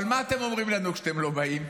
אבל מה אתם אומרים לנו כשאתם לא באים?